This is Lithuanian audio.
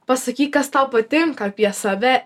pasakyk kas tau patinka apie save